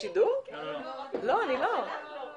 אתייחס בעיקר לשתי נקודות מרכזיות שהועלו על ידי מר רואי